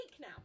now